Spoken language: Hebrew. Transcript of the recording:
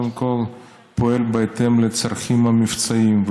צה"ל קודם כול פועל לפי הצרכים המבצעיים.